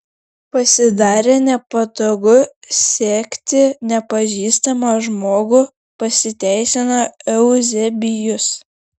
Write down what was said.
pasidarė nepatogu sekti nepažįstamą žmogų pasiteisino euzebijus